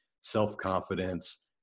self-confidence